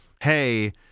hey